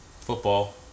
Football